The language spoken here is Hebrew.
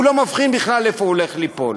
הוא לא מבחין בכלל איפה הוא הולך ליפול.